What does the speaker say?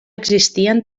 existien